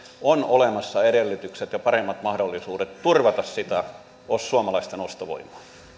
on olemassa edellytykset ja paremmat mahdollisuudet turvata sitä suomalaisten ostovoimaa